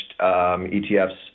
ETFs